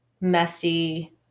messy